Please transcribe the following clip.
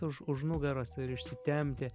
už už nugaros ir išsitempti